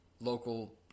local